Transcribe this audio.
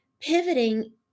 Pivoting